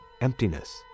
emptiness